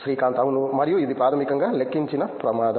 శ్రీకాంత్ అవును మరియు అది ప్రాథమికంగా లెక్కించిన ప్రమాదం